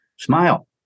Smile